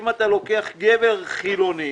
אם אתה לוקח גבר חילוני